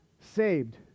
saved